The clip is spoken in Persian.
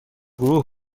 گروه